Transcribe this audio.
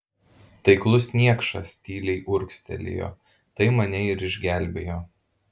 taiklus niekšas tyliai urgztelėjo tai mane ir išgelbėjo